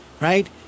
right